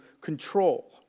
control